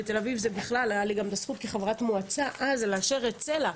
בתל אביב הייתה לי גם את הזכות כחברת מועצה אז לאשר את סל"ע.